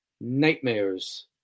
nightmares